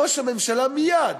ראש הממשלה מייד